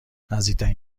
نزدیکترین